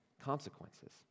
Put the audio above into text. consequences